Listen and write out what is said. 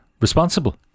responsible